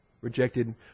Rejected